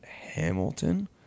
Hamilton